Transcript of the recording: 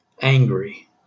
Angry